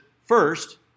first